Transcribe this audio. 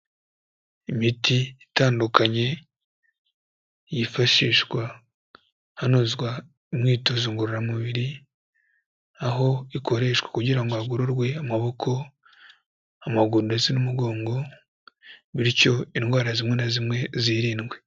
Imiti itandukanye yifashishwa hanozwa umwitozo ngororamubiri, aho ikoreshwa kugira ngo hagororwe amaboko, amaguru ndetse n'umugongo, bityo indwara zimwe na zimwe zirindwe.